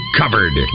covered